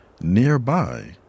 nearby